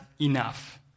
enough